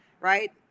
right